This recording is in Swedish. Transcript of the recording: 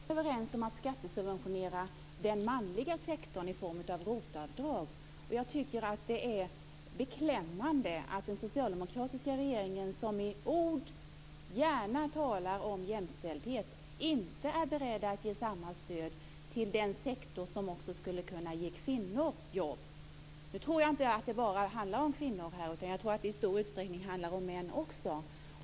Fru talman! Vi har ju varit tämligen överens om att skattereducera den manliga sektorn i form av ROT-avdrag. Jag tycker att det är beklämmande att den socialdemokratiska regeringen som i ord gärna talar om jämställdhet inte är beredd att ge samma stöd till den sektor som också skulle kunna ge kvinnor jobb. Nu tror jag inte att det bara handlar om kvinnor, utan att det i stor utsträckning också handlar om män.